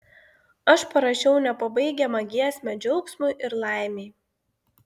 aš parašiau nepabaigiamą giesmę džiaugsmui ir laimei